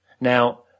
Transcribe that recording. Now